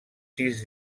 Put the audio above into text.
sis